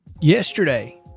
Yesterday